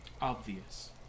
obvious